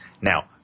Now